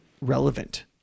relevant